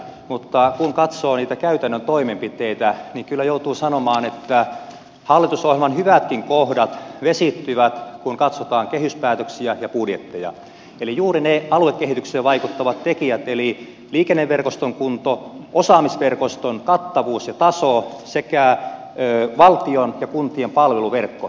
mutta kun katsoo niitä käytännön toimenpiteitä kyllä joutuu sanomaan että hallitusohjelman hyvätkin kohdat vesittyvät kun katsotaan kehyspäätöksiä ja budjetteja eli juuri ne aluekehitykseen vaikuttavat tekijät eli liikenneverkoston kunto osaamisverkoston kattavuus ja taso sekä valtion ja kuntien palveluverkko